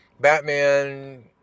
Batman